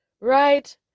Right